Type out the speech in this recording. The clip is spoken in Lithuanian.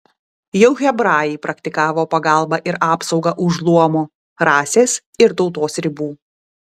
jau hebrajai praktikavo pagalbą ir apsaugą už luomo rasės ir tautos ribų